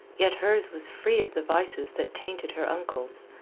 yet hers was free of the vices that tainted her uncle's,